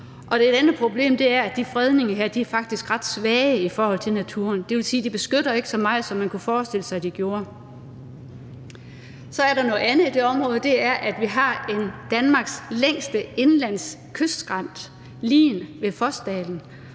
Et andet problem er, at de her fredninger faktisk er ret svage i forhold til naturen. Det vil sige, at de ikke beskytter så meget, som man kunne forestille sig at de gjorde. Så er der noget andet i det område, og det er, at vi her har Danmarks længste indlandskystskrænt, Lien, ved Fosdalen,